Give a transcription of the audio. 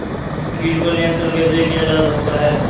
कीट पर नियंत्रण कैसे किया जा सकता है?